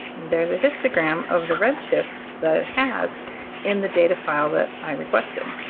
there's a histogram of the redshifts that it has in the data file that i requested.